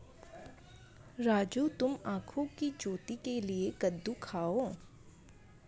राजू तुम आंखों की ज्योति के लिए कद्दू खाओ